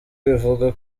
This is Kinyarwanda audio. bivuga